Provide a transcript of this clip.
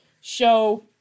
show